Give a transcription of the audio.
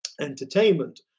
entertainment